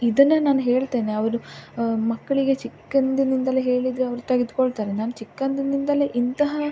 ಇದನ್ನು ನಾನು ಹೇಳ್ತೇನೆ ಅವರು ಮಕ್ಕಳಿಗೆ ಚಿಕ್ಕಂದಿನಿಂದಲೇ ಹೇಳಿದರೆ ಅವ್ರು ತೆಗೆದುಕೊಳ್ತಾರೆ ನಾನು ಚಿಕ್ಕಂದಿನಿಂದಲೇ ಇಂತಹ